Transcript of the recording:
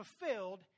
fulfilled